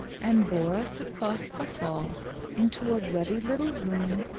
and bore us across the hall into a ruddy little room,